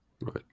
Right